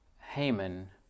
Haman